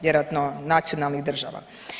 Vjerojatno nacionalnih država.